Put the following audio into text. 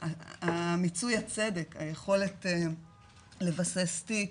מיצוי הצדק היכולת לבסס תיק,